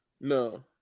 No